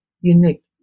unique